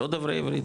לא דוברי עברית,